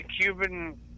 Cuban